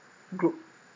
group